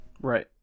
right